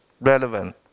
relevant